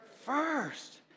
first